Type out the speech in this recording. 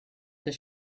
does